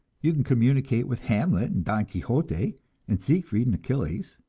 you can communicate with hamlet and don quixote and siegfried and achilles